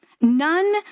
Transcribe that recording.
None